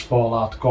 Fallout